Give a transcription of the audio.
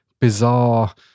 bizarre